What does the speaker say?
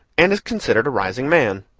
and is considered a rising man.